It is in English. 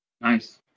Nice